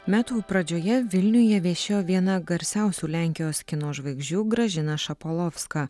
metų pradžioje vilniuje viešėjo viena garsiausių lenkijos kino žvaigždžių gražina šapolovska